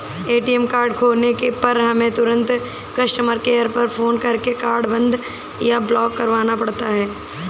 ATM card खोने पर हमें तुरंत कस्टमर केयर पर फ़ोन करके कार्ड बंद या ब्लॉक करवाना पड़ता है